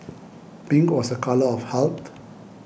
pink was a colour of health